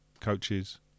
coaches